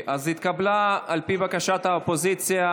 על פי בקשת האופוזיציה,